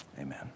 Amen